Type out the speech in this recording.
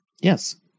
yes